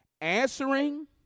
Answering